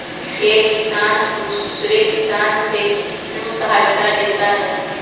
एक किसान दूसरे किसान से क्यों सहायता लेता है?